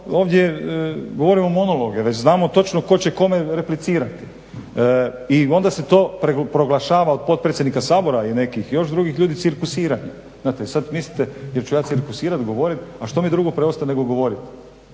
ovdje govorimo monologe već znam točno tko će kome replicirati i onda se to proglašava od potpredsjednika Sabora i još nekih drugih ljudi cirkusiranje. I sada mislite jel ću ja cirkusirati govoriti. A što mi drugo preostaje ne odgovoriti